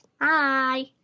Hi